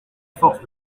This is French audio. force